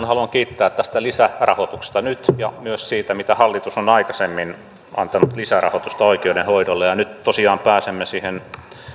haluan kiittää tästä lisärahoituksesta nyt ja myös siitä mitä hallitus on aikaisemmin antanut lisärahoitusta oikeudenhoidolle nyt tosiaan pääsemme siihen